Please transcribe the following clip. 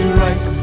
rise